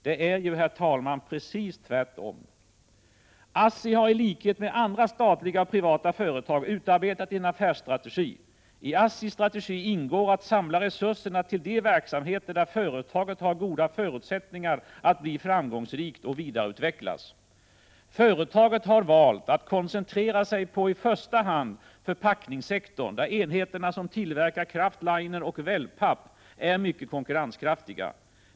Det är ju, herr talman, precis tvärtom. ASSTI har i likhet med andra statliga och privata företag utarbetat en affärsstrategi. I ASSI:s strategi ingår att samla resurserna till de verksamheter där företaget har goda förutsättningar att bli framgångsrikt och vidareutvecklas. Företaget har valt att koncentrera sig på i första hand förpackningssektorn, där enheterna som tillverkar kraftliner och wellpapp är mycket konkurrenskraftiga.